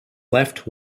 left